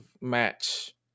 match